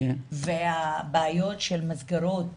והבעיות של מסגרות